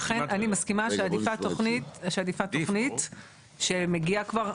אכן אני מסכימה שעדיפה תוכנית שמגיעה כבר,